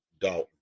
Dalton